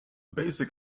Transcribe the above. basic